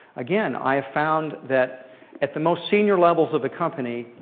again, i have found that at the most senior levels of the company,